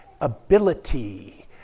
ability